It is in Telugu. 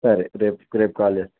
సరే రేపు రేపు కాల్ చేస్తాను